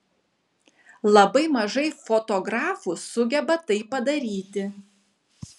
labai mažai fotografų sugeba tai padaryti